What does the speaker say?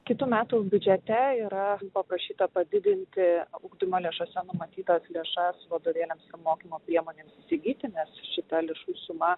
kitų metų biudžete yra paprašyta padidinti ugdymo lėšose numatytas lėšas vadovėliams mokymo priemonėms įsigyti nes šita lėšų suma